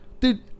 Dude